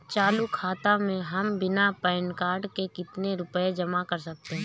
चालू खाता में हम बिना पैन कार्ड के कितनी रूपए जमा कर सकते हैं?